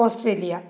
Australia